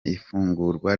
ifungurwa